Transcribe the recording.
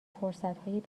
فرصتهای